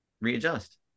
readjust